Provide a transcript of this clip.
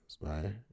right